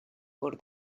por